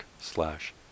slash